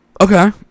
okay